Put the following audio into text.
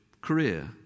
career